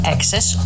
Access